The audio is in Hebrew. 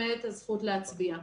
למעט הזכות להצביע.